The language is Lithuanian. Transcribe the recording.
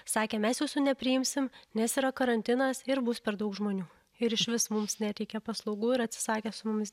sakė mes jūsų nepriimsim nes yra karantinas ir bus per daug žmonių ir išvis mums neteikė paslaugų ir atsisakė su mumis